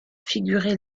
figurer